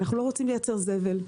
אנחנו לא רוצים לייצר זבל.